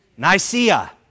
Nicaea